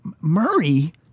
murray